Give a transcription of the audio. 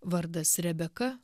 vardas rebeka